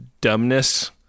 dumbness